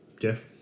Jeff